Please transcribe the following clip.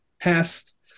past